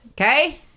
Okay